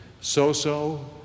so-so